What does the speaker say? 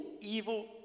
evil